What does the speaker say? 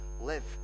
Live